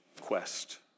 quest